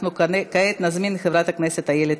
אנחנו כעת נזמין את חברת הכנסת איילת